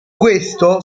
questo